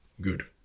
Good